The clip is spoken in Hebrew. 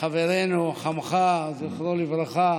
חברנו, חמיך, זכרו לברכה,